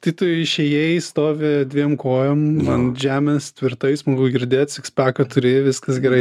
tai tu išėjai stovi dviem kojom ant žemės tvirtai smagu girdėt sikspeką turėji viskas gerai